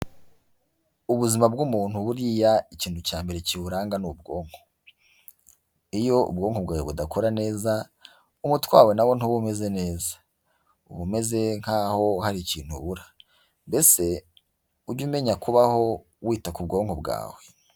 Ubuzima bw'umuntu buriya ikintu cya mbere kiburanga ni ubwonko, iyo ubwonko bwawe budakora neza umutwe wawe na wo ntuba umeze neza, uba umeze nk'aho hari ikintu ubura mbese ujye umenya kubaho wita ku bwonko bwawe.